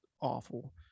awful